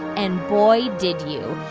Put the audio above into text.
and boy, did you.